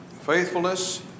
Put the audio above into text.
faithfulness